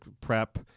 prep